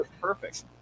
Perfect